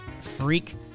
Freak